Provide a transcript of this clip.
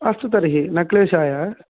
अस्तु तर्हि न क्लेशाय